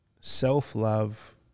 self-love